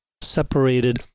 separated